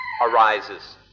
arises